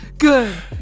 Good